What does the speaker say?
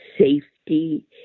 safety